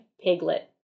piglet